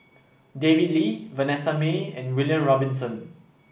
David Lee Vanessa Mae and William Robinson